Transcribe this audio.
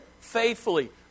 faithfully